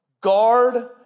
Guard